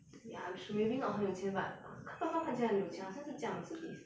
ya I'm su~ maybe not 很有钱 but 她爸爸看起来很有钱好像是驾 mercedes